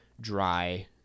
dry